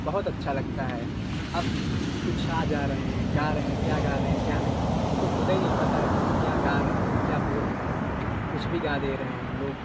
बहुत अच्छा लगता है अब कुछ आ जा रहे हैं गा रहे हैं क्या गा रहे हैं क्या नहीं उनको खुदई नहीं पता है क्या गा रहे हैं क्या बोल रहे हैं कुछ भी गा दे रहे हैं लोग